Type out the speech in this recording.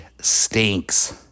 stinks